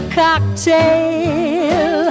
cocktail